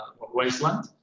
wasteland